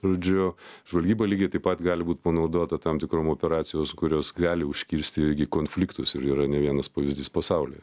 žodžiu žvalgyba lygiai taip pat gali būti panaudota tam tikrom operacijos kurios gali užkirsti irgi konfliktus ir yra ne vienas pavyzdys pasaulyje